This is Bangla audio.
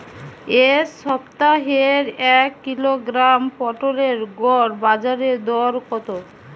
এ সপ্তাহের এক কিলোগ্রাম পটলের গড় বাজারে দর কত?